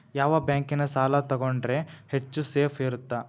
ಯಾವ ಬ್ಯಾಂಕಿನ ಸಾಲ ತಗೊಂಡ್ರೆ ಹೆಚ್ಚು ಸೇಫ್ ಇರುತ್ತಾ?